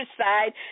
side